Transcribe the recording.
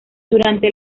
durante